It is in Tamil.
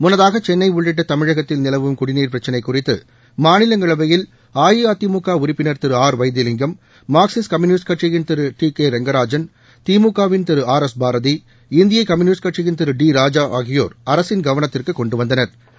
முன்னதாக சென்னை உள்ளிட்ட தமிழகத்தில் நிலவும் குடிநீர் பிரச்சினைக் குறித்து மாநிலங்களவையில் அஇஅதிமுக உறுப்பினர் Thiru R Vaithilingam Marxist Communist கட்சியின் திரு டி கே ரெங்கராஜன் திமுக வின் திரு ஆர் எஸ் பாரதி இந்திய கம்யூனிஸ்ட் கட்சியின் திரு டி ராஜா ஆகியோர் அரசின் கவனத்திற்கு கொண்டுவந்தனா்